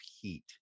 heat